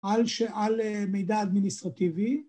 ‫על מידע אדמיניסטרטיבי.